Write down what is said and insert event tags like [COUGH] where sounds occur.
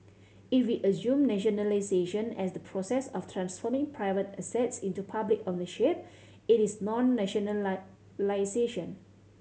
if we assume nationalisation as the process of transforming private assets into public ownership it is not [UNINTELLIGIBLE]